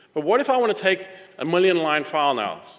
but what if i wanna take a million-line file now?